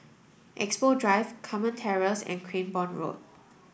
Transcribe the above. Expo Drive Carmen Terrace and Cranborne Road